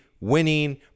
winning